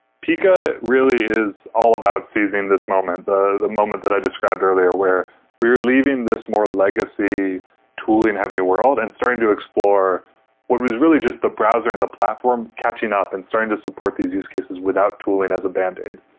pika really is all about seizing this moment, the the moment that i described earlier, where we're leaving this more legacy tooling-heavy world and starting to explore what was really just the browser and the platform catching up and starting to support these use cases without tooling as a band-aid.